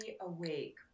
awake